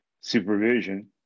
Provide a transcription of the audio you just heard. supervision